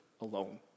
alone